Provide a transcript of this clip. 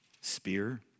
spear